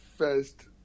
First